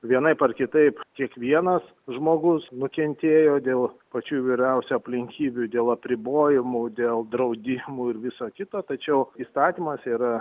vienaip ar kitaip kiekvienas žmogus nukentėjo dėl pačių įvairiausių aplinkybių dėl apribojimų dėl draudimų ir viso kito tačiau įstatymuose yra